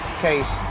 case